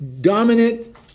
dominant